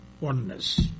Oneness